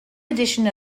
edition